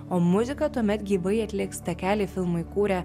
o muziką tuomet gyvai atliks takelį filmui kūrę